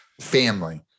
family